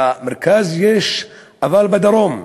במרכז יש, אבל בדרום,